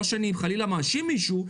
לא שאני חלילה מאשים מישהו,